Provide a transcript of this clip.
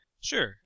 sure